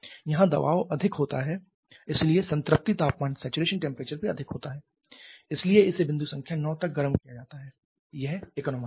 यहां दबाव अधिक होता है इसलिए संतृप्ति तापमान भी अधिक होता है इसलिए इसे बिंदु संख्या 9 तक गर्म किया जाता है यह economizer है